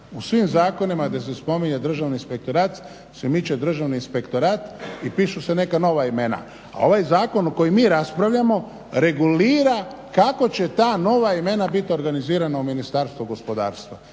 U svim zakonima gdje se spominje Državni inspektorat se miče Državni inspektorat i pišu se neka nova imena. A ovaj zakon o kojem mi raspravljamo regulira kako će ta nova imena biti organizirana u Ministarstvu gospodarstva.